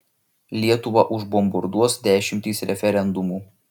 lietuvą užbombarduos dešimtys referendumų